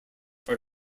are